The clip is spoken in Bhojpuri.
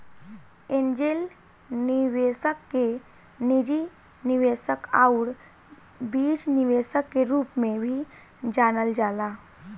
एंजेल निवेशक के निजी निवेशक आउर बीज निवेशक के रूप में भी जानल जाला